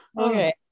Okay